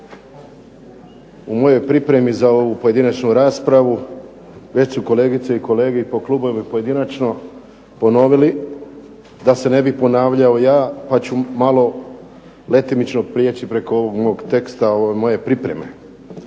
U mojoj pripremi za ovu pojedinačnu raspravu već su kolegice i kolege i po klubovima i pojedinačno ponovili, da se ne bi ponavljao ja pa ću malo letimično prijeći preko ovog mog teksta preko moje pripreme.